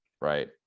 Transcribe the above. right